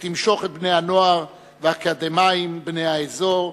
שתמשוך את בני הנוער והאקדמאים בני האזור,